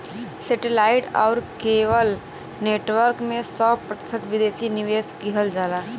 सेटे light आउर cable network में सौ प्रतिशत विदेशी निवेश किहल जाला